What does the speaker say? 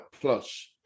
Plus